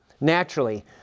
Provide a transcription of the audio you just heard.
naturally